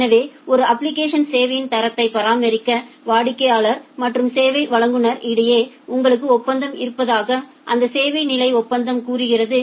எனவே ஒரு அப்ளிகேஷன் சேவையின் தரத்தை பராமரிக்க வாடிக்கையாளர் மற்றும் சேவை வழங்குநருக்கு இடையே உங்களுக்கு ஒப்பந்தம் இருப்பதாக இந்த சேவை நிலை ஒப்பந்தம் கூறுகிறது